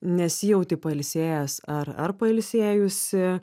nesijauti pailsėjęs ar ar pailsėjusi